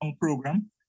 program